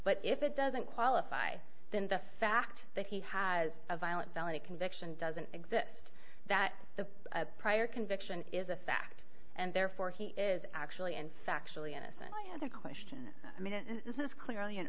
but if it doesn't qualify then the fact that he has a violent felony conviction doesn't exist that the prior conviction is a fact and therefore he is actually in factually innocent and the question i mean this is clearly an